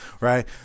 Right